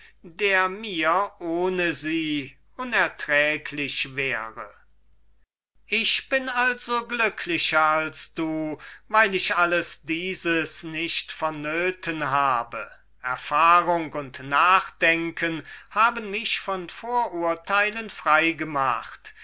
der mir ohne sie unerträglich wäre hippias ich bin also glücklicher als du weil ich alles dieses nicht nötig habe erfahrung und nachdenken haben mich von vorurteilen